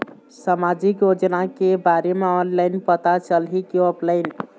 सामाजिक योजना के बारे मा ऑनलाइन पता चलही की ऑफलाइन?